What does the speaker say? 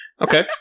Okay